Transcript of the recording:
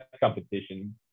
competition